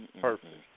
Perfect